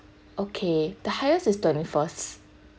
okay the highest is twenty first